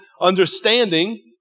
understanding